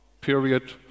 period